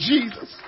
Jesus